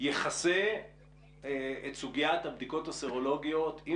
יכסה את סוגיית הבדיקות הסרולוגיות אם